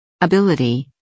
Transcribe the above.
Ability